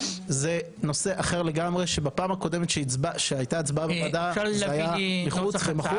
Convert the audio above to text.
זה נושא אחר לגמרי שבפעם הקודמת שהייתה הצבעה בוועדה זה היה מחוץ ומחוק.